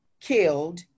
killed